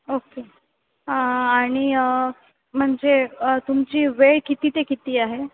okay आणि म्हणजे तुमची वेळ किती ते किती आहे